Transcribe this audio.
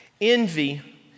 Envy